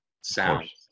sound